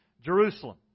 jerusalem